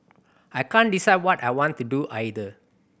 I can't decide what I want to do either